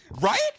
Right